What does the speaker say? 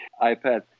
iPad